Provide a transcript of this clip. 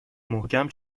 محکم